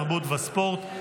תרבות וספורט,